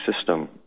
system